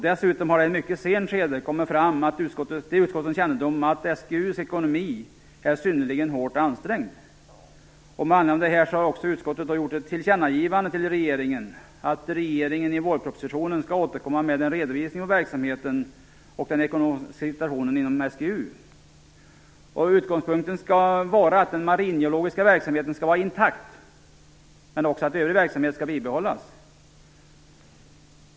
Dessutom har det i ett mycket sent skede kommit till utskottets kännedom att SGU:s ekonomi är synnerligen hårt ansträngd. Med anledning av detta har utskottet gjort ett tillkännagivande till regeringen, att regeringen i vårpropositionen skall återkomma med en redovisning av verksamheten och den ekonomiska situationen inom SGU. Utgångspunkten skall vara att den maringeologiska verksamheten skall vara intakt, men också att övrig verksamhet skall bibehållas.